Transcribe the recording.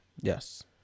Yes